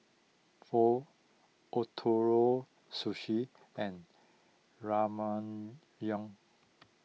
Pho Ootoro Sushi and Ramyeon